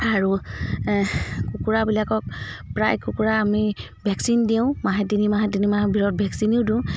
আৰু কুকুৰাবিলাকক প্ৰায় কুকুৰা আমি ভেকচিন দিওঁ মাহে তিনি মাহে তিনি মাহ মূৰত ভেকচিনো দিওঁ